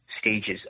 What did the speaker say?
stages